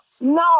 No